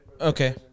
Okay